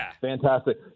Fantastic